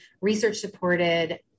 research-supported